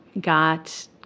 got